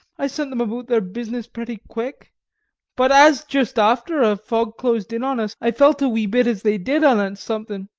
i sent them aboot their business pretty quick but as just after a fog closed in on us i felt a wee bit as they did anent something,